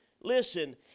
Listen